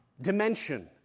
dimension